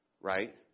Right